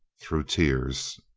through tears.